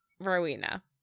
Rowena